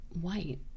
white